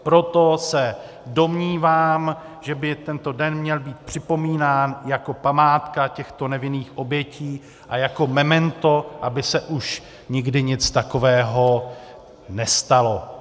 Proto se domnívám, že by tento den měl být připomínán jako památka těchto nevinných obětí a jako memento, aby se už nikdy nic takového nestalo.